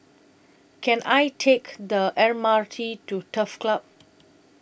Can I Take The M R T to Turf Club